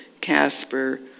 Casper